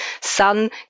sun